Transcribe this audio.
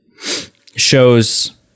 shows